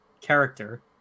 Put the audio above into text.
character